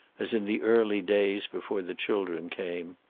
as in the early days before the children came.